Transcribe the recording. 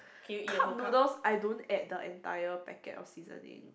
cup noodle I don't add the entire packet of seasonings